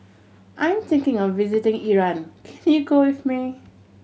I'm thinking of visiting Iran can you go with me